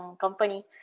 company